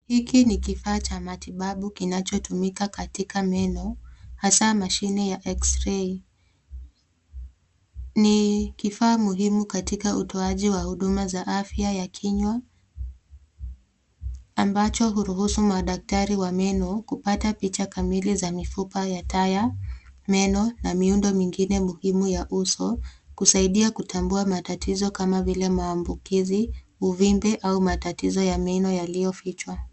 Hiki ni kifaa cha matibabu kinachotumika katika meno hasa mashine ya eksirei. Ni kifaa muhimu katika utoaji wa huduma ya afya ya kinywa ambacho huruhusu madaktari wa meno kupata picha kamili za mifupa ya taya, meno na miundo mingine ya uso, kusaidia kutambua matatizo kama vile maambukizi, uvimbe au matatizo ya meno yaliyofichwa.